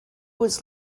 was